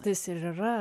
tas ir yra